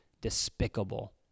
despicable